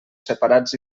separats